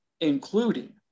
including